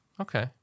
Okay